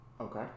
Okay